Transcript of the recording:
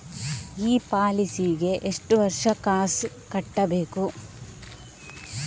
ಈ ಪಾಲಿಸಿಗೆ ಎಷ್ಟು ವರ್ಷ ಕಾಸ್ ಕಟ್ಟಬೇಕು?